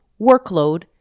workload